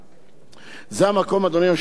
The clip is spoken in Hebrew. אדוני השר, לברך